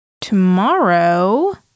Tomorrow